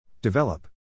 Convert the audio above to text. Develop